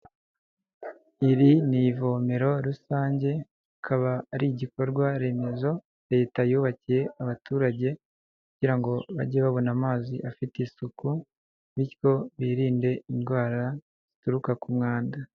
Iri ni ivomero rusange, rikaba ari igikorwaremezo Leta yubakiye abaturage kugira ngo bajye babona amazi afite isuku, bityo birinde indwara zituruka ku mwanda.